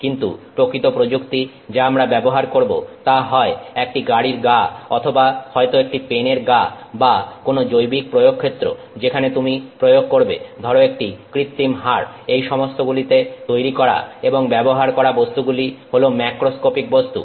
কিন্তু প্রকৃত প্রযুক্তি যা আমরা ব্যবহার করব তা হয় একটি গাড়ির গা অথবা হয়তো একটি পেনের গা বা কোন জৈবিক প্রয়োগক্ষেত্র যেখানে তুমি প্রয়োগ করবে ধরো একটি কৃত্রিম হাড় এই সমস্ত গুলিতে তৈরি করা এবং ব্যবহার করা বস্তুগুলি হল ম্যাক্রোস্কোপিক বস্তু